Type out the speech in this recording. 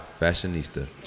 Fashionista